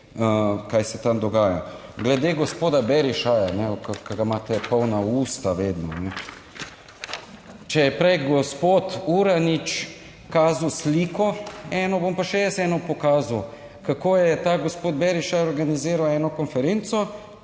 kaj se tam dogaja. Glede, gospoda Berišaja, ki ga imate polna usta vedno, če je prej gospod Uranič kazal sliko eno, bom pa še jaz eno pokazal, kako je ta gospod Beriša organiziral eno konferenco.